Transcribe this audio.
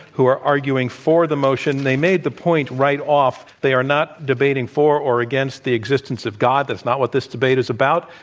who are arguing for the motion they made the point right off that they are not debating for or against the existence of god. that's not what this debate is about.